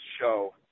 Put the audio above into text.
show